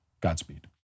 Godspeed